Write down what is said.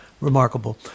remarkable